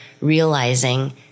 realizing